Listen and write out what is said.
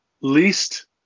least